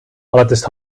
alates